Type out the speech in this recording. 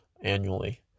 annually